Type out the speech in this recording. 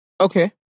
Okay